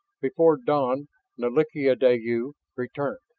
before dawn nalik'ideyu returned,